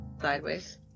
Sideways